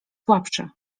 słabszy